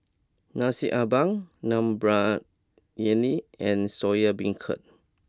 Nasi Ambeng Dum Briyani and Soya Beancurd